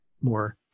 more